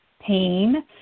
pain